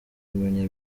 kumenya